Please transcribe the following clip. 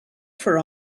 for